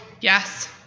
Yes